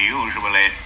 usually